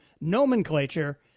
nomenclature